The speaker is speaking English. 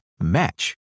match